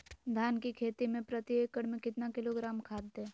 धान की खेती में प्रति एकड़ में कितना किलोग्राम खाद दे?